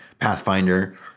Pathfinder